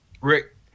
Rick